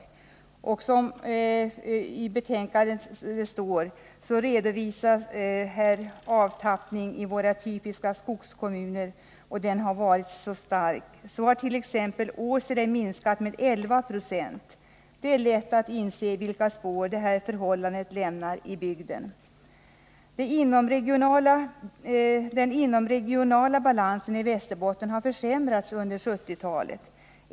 Som redovisas i näringsutskottets betänkande nr 23 har avtappningen i våra typiska skogskommuner varit stark. Så hart.ex. Åseles befolkning minskat med 11 96. Det är lätt att inse vilka spår detta förhållande lämnar i bygden. Den inomregionala balansen i Västerbotten har försämrats under 1970 talet.